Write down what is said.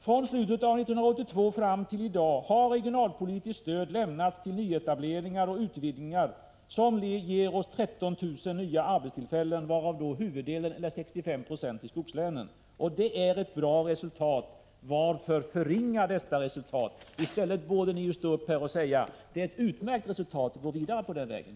Från slutet av 1982 fram till i dag har regionalpolitiskt stöd lämnats till nyetableringar och utvidgningar som givit oss 13 000 nya arbetstillfällen, varav huvuddelen eller 65 90 i skogslänen. Det är ett bra resultat. Varför förringa det resultatet? I stället borde ni stå upp och säga: Detta är ett utmärkt resultat — gå vidare på den vägen!